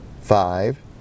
Five